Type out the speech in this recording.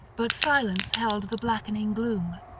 but silence held the blackening gloom.